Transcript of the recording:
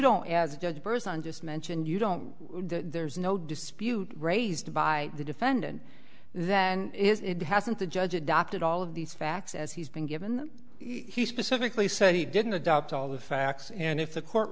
don't as a judge a person just mentioned you don't there's no dispute raised by the defendant then hasn't the judge adopted all of these facts as he's been given he specifically said he didn't adopt all the facts and if the court